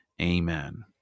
amen